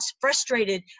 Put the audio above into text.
frustrated